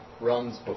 runs